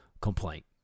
complaint